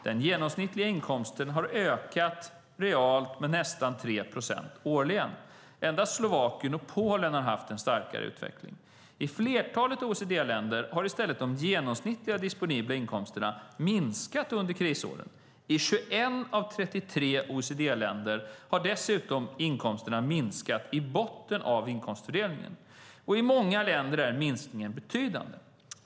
Den genomsnittliga inkomsten har ökat realt med nästan 3 procent årligen. Endast Slovakien och Polen har haft en starkare utveckling. I flertalet OECD-länder har i stället de genomsnittliga disponibla inkomsterna minskat under krisåren. I 21 av 33 OECD-länder har dessutom inkomsterna minskat i botten av inkomstfördelningen, och i många länder är minskningen betydande.